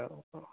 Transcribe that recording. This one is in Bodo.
औ